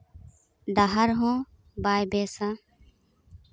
ᱰᱟᱦᱟᱨ ᱦᱚᱸ ᱵᱟᱭ ᱵᱮᱥᱼᱟ